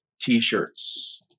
T-shirts